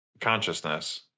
consciousness